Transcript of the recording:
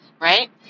right